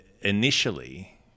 initially